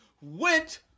went